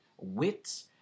wits